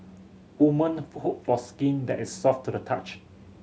woman for hope for skin that is soft to the touch